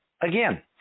again